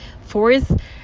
Fourth